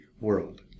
world